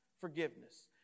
forgiveness